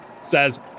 says